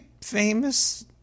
famous